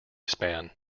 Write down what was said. span